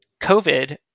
COVID